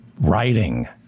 writing